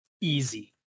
easy